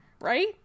Right